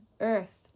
earth